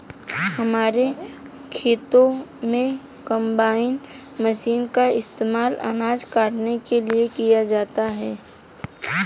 हमारे खेतों में कंबाइन मशीन का इस्तेमाल अनाज काटने के लिए किया जाता है